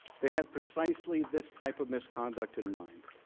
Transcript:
they had precisely this type of misconduct in mind.